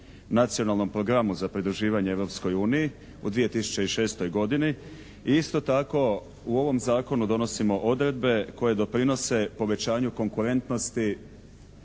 Nacionalnom programu za pridruživanje Europskoj uniji u 2006. godini. I isto tako u ovom zakonu donosimo odredbe koje doprinose povećanju konkurentnosti